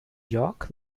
york